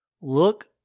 Look